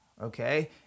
okay